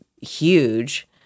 huge